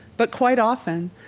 but quite often.